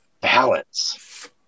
balance